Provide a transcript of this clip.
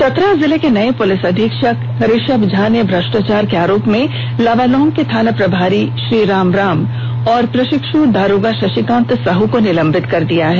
चतरा जिले के नए पुलिस अधीक्षक ऋषभ झा ने भष्टाचार के आरोप में लावालौंग के थाना प्रभारी श्रीराम राम और प्रशिक्ष दारोगा शशिकांत साह को निलंबित कर दिया है